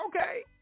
Okay